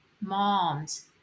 moms